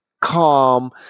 calm